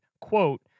quote